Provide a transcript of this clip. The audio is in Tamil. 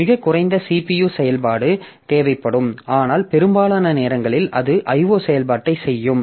மிகக் குறைந்த CPU செயல்பாடு தேவைப்படும் ஆனால் பெரும்பாலான நேரங்களில் அது IO செயல்பாட்டைச் செய்யும்